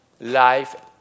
life